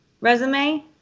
resume